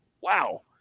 Wow